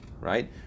right